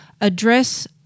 address